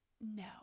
no